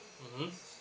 mmhmm